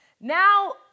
Now